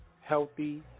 healthy